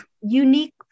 unique